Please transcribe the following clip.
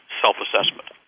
self-assessment